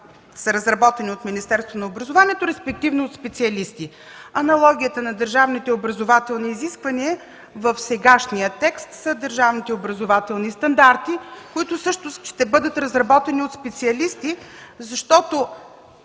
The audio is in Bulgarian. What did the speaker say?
също ще бъдат разработени от специалисти. Учебното